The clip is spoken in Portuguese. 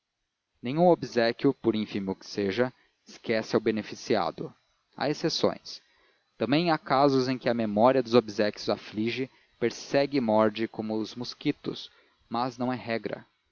nenhum obséquio por ínfimo que seja esquece ao beneficiado há exceções também há casos em que a memória dos obséquios aflige persegue e morde como os mosquitos mas não é regra